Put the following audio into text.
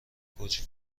گوجه